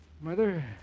Mother